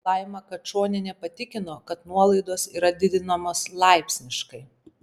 laima kačonienė patikino kad nuolaidos yra didinamos laipsniškai